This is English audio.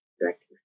directing